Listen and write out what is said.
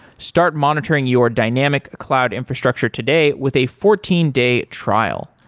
start monitoring your dynamic cloud infrastructure today with a fourteen day trial.